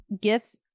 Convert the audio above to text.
gifts